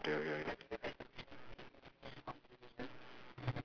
ya ya